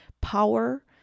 power